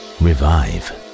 revive